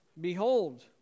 behold